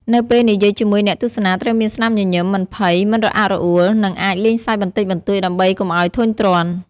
នៅពេលនិយាយជាមួយអ្នកទស្សនាត្រូវមានស្មាមញញឺម មិនភ័យ មិនរអាក់រអួល និងអាចលេងសើចបន្តិចបន្តួចដើម្បីកុំឲ្យធុញទ្រាន់។